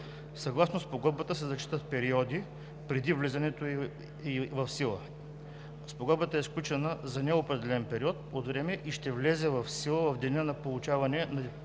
Съгласно Спогодбата се зачитат и периоди, придобити преди влизането ѝ в сила. Спогодбата е сключена за неопределен период от време и ще влезе в сила в деня на получаване по дипломатически